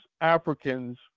Africans